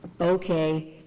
okay